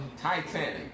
Titanic